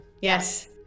Yes